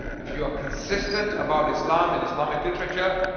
if you are consistent about islam in islamic literature